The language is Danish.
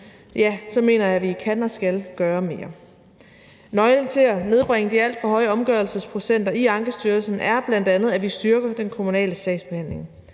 sagt mener jeg, at vi kan og skal gøre mere. Kl. 20:44 Nøglen til at nedbringe de alt for høje omgørelsesprocenter i Ankestyrelsen er bl.a., at vi styrker den kommunale sagsbehandling.